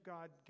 God